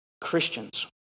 Christians